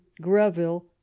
Greville